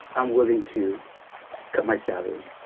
i'm willing to cut my salary